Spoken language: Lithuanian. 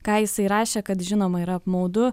ką jisai rašė kad žinoma yra apmaudu